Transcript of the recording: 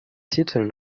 titeln